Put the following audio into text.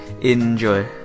Enjoy